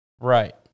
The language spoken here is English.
right